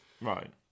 Right